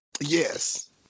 Yes